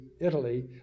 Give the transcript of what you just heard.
Italy